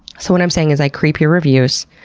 so what i'm saying is, i creep your reviews,